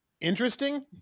Interesting